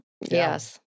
Yes